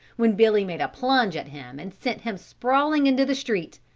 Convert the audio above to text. when billy made a plunge at him and sent him sprawling into the street.